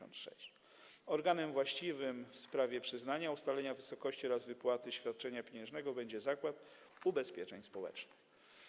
Organem właściwym w sprawie przyznania, ustalenia wysokości oraz wypłaty świadczenia pieniężnego będzie Zakład Ubezpieczeń Społecznych.